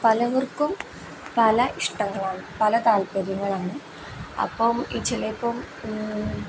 പലവർക്കും പല ഇഷ്ടങ്ങളാണ് പല താല്പര്യങ്ങളാണ് അപ്പം ഈ ചിലപ്പം